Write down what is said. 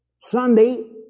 Sunday